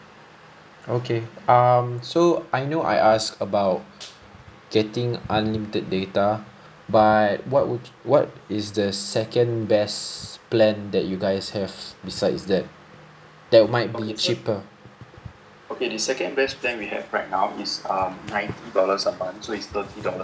okay um so I know I asked about getting unlimited data but what would what is the second best plan that you guys have besides that that might be cheaper